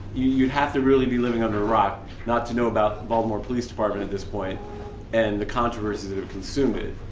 you'd have to really be living under a rock not to know about the baltimore police department at this point and the controversies that have consumed it.